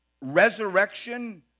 resurrection